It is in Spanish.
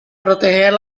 proteger